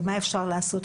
ומה אפשר לעשות.